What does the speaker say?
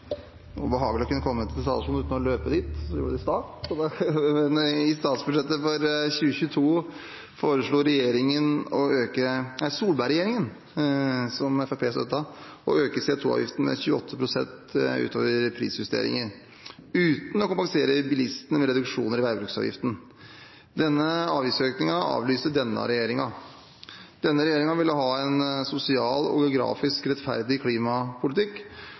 å kunne komme til talerstolen uten å løpe dit, som jeg gjorde i stad. I statsbudsjettet for 2022 foreslo Solberg-regjeringen, som Fremskrittspartiet støttet, å øke CO 2 -avgiften med 28 pst. utover prisjusteringen uten å kompensere bilistene med reduksjoner i veibruksavgiften. Den avgiftsøkningen avlyste denne regjeringen. Denne regjeringen ville ha en sosialt og geografisk rettferdig klimapolitikk,